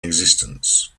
existence